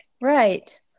right